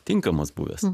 tinkamas buvęs